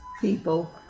people